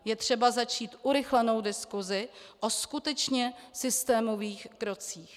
Je třeba začít urychlenou diskusi o skutečně systémových krocích.